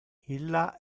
illa